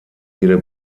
jede